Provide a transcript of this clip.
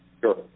Sure